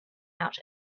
out